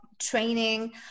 training